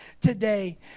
today